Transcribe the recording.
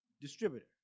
distributor